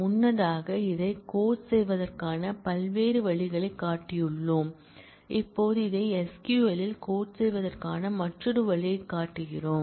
முன்னதாக இதை கோட் செய்வதற்கான பல்வேறு வழிகளைக் காட்டியுள்ளோம் இப்போது இதை SQL இல் கோட் செய்வதற்கான மற்றொரு வழியைக் காட்டுகிறோம்